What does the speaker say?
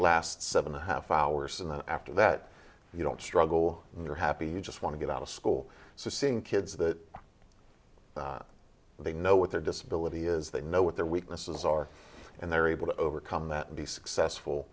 lasts seven a half hours and then after that you don't struggle when you're happy you just want to get out of school so seeing kids that they know what their disability is they know what their weaknesses are and they're able to overcome that and be successful